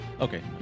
okay